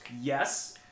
Yes